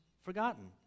forgotten